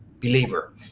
believer